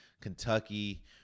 Kentucky